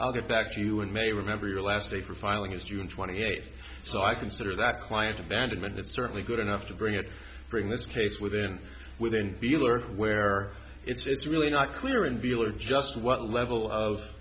i'll get back to you and may remember your last day for filing is june twenty eighth so i consider that client abandonment it's certainly good enough to bring it bring this case within within beeler where it's really not clear and deal or just what level of